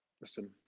listen